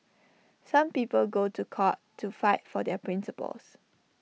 some people go to court to fight for their principles